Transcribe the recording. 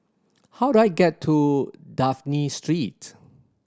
how do I get to Dafne Street